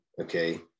okay